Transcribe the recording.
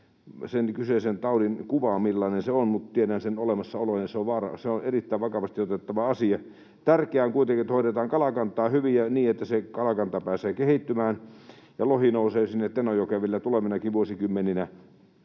sen kyseisen taudin kuvaa, millainen se on, mutta tiedän sen olemassaolon, ja se on erittäin vakavasti otettava asia. Tärkeää on kuitenkin, että hoidetaan kalakantaa hyvin ja niin, että kalakanta pääsee kehittymään ja lohi nousee Tenojokeen vielä tulevinakin vuosikymmeninä.